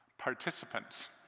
participants